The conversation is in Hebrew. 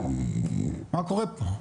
מה קורה פה?